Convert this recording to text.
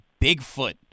Bigfoot